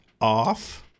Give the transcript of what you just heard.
off